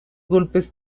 golpes